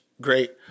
great